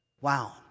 Wow